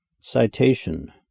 citation